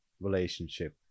relationship